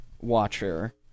watcher